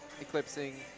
eclipsing